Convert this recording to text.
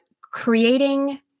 creating